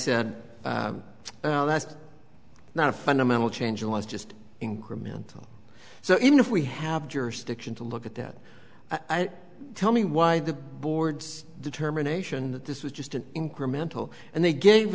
said that's not a fundamental change in life just incremental so even if we have jurisdiction to look at that tell me why the board's determination that this was just an incremental and they gave